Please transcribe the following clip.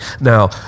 Now